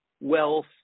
wealth